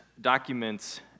documents